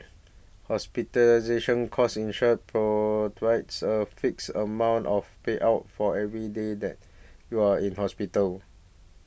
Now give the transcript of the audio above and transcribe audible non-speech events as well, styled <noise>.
hospital <unintelligible> provides a fixed amount of payout for every day that you are in hospital